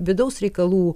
vidaus reikalų